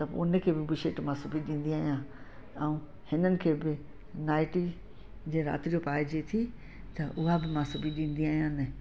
त पोइ उनखे बि बुशट मां सिबी ॾींदी आहियां ऐं हिननि खे बि नाइटी जीअं राति जो पाइजे थी त हूअ बि मां सिबी ॾींदी आहियां